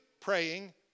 praying